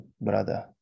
brother